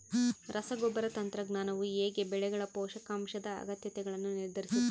ರಸಗೊಬ್ಬರ ತಂತ್ರಜ್ಞಾನವು ಹೇಗೆ ಬೆಳೆಗಳ ಪೋಷಕಾಂಶದ ಅಗತ್ಯಗಳನ್ನು ನಿರ್ಧರಿಸುತ್ತದೆ?